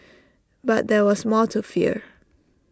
but there was more to fear